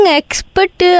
expert